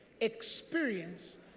experience